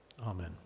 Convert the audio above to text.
amen